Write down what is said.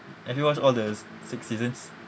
have you watched all the s~ six seasons